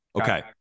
Okay